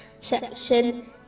section